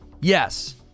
Yes